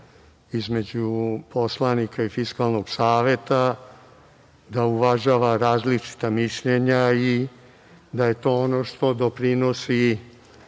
između poslanika Fiskalnog saveta da uvažava različita mišljenja i da je to ono što doprinosi